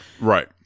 Right